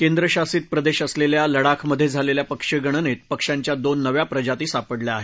केंद्रशासित प्रदेश असलेल्या लडाखमध्ये झालेल्या पक्षीगणनेत पक्षांच्या दोन नव्या प्रजाती सापडल्या आहेत